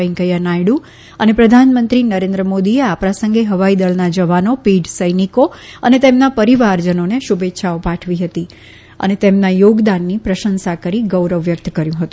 વૈંકેયા નાયડુ અને પ્રધાનંમત્રી નરેન્દ્ર મોદીએ આ પ્રસંગે હવાઇદળના જવાનો પીઢ સૈનિકો અને તેમના પરિવારજનોને શુભેચ્છાઓ પાઠવી છે અને તેમના યોગદાનની પ્રશંસા કરી ગૌરવ વ્યકત કર્યું છે